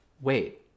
wait